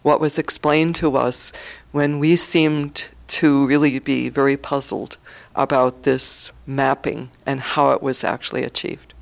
what was explained to us when we seemed to really be very puzzled about this mapping and how it was actually achieved